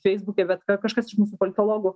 feisbuke bet kažkas iš mūsų politologų